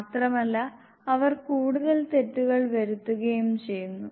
മാത്രമല്ല അവർ കൂടുതൽ തെറ്റുകൾ വരുത്തുകയും ചെയ്യുന്നു